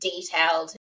detailed